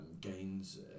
gains